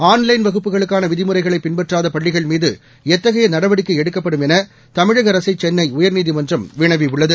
online வகுப்புகளுக்கான விதிமுறைகளை பின்பற்றாத பள்ளிகள் மீது எத்தகைய நடவடிக்கை எடுக்கப்படும் என தமிழக அரசை சென்னை உயர்நீதிமன்றம் வினவியுள்ளது